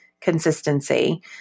consistency